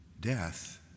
death